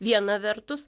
viena vertus